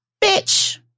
bitch